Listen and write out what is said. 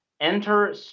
Enter